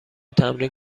تمرین